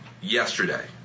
yesterday